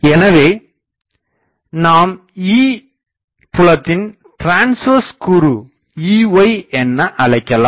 எனவே நாம் E புலத்தின் டிரன்ஸ்வர்ஸ் கூறு Ey என அழைக்கலாம்